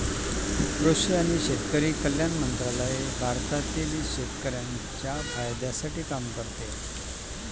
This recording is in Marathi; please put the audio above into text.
कृषि आणि शेतकरी कल्याण मंत्रालय भारत ना शेतकरिसना फायदा साठे काम करतस